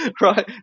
Right